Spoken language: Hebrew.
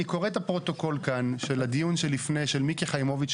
אני קורא את הפרוטוקול של הדיון שעשתה כאן מיקי חיימוביץ',